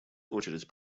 очередь